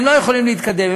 הם לא יכולים להתקדם,